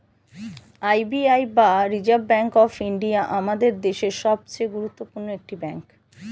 R B I বা reserve bank of India আমাদের দেশের সবচেয়ে গুরুত্বপূর্ণ একটি ব্যাঙ্ক